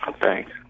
Thanks